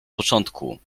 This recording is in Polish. początku